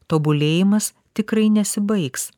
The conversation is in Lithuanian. tobulėjimas tikrai nesibaigs